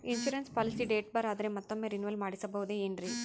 Insurance policy date ಬಾರ್ ಆದರೆ ಮತ್ತೊಮ್ಮೆ ರಿನಿವಲ್ ಮಾಡಿಸಬಹುದೇ ಏನ್ರಿ?